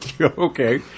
Okay